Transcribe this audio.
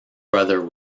brother